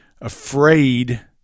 afraid